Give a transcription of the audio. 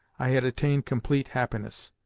i had attained complete happiness.